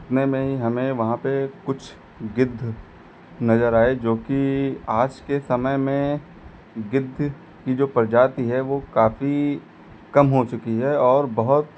उतने में ही हमें वहाँ पर कुछ गिद्ध नज़र आए जो कि आज के समय में गिद्ध की जो प्रजाति है वह काफी कम हो चुकी है और बहुत